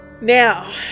Now